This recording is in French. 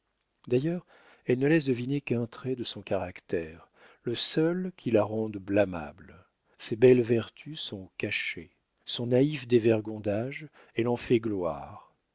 d'ailleurs elle ne laisse deviner qu'un trait de son caractère le seul qui la rende blâmable ses belles vertus sont cachées son naïf dévergondage elle en fait gloire